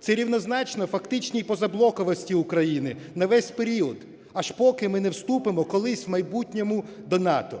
Це рівнозначно фактичній позаблоковості України на весь період, аж поки ми не вступимо колись в майбутньому до НАТО.